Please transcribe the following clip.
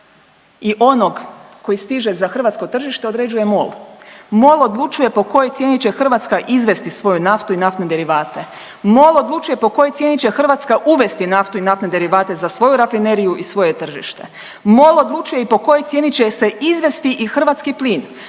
i onog koji stiže za hrvatsko tržište određuje Mol. Mol odlučuje po kojoj cijeni će Hrvatska izvesti svoju naftu i naftne derivate, Mol odlučuje po kojoj cijeni će Hrvatska uvesti nafte i naftne derivate za svoju rafineriju i svoje tržište, Mol odlučuje i po kojoj cijeni će se izvesti i hrvatski plin,